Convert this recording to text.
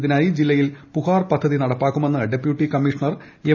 ഇതിനായി ജില്ലയിൽ പുഹാർ പദ്ധതി നടപ്പാക്കുമെന്ന് ഡെപ്യൂട്ടി കമ്മീഷണർ എം